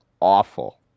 awful